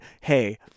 hey